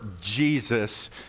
Jesus